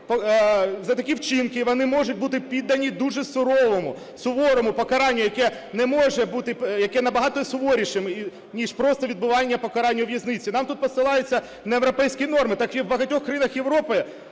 за такі вчинки вони можуть бути піддані дуже суворому покаранню, яке не може бути… яке набагато суворіше, ніж просто відбування покарань у в'язниці. Нам тут посилаються на європейські норми, так в багатьох країнах Європи